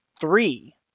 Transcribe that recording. three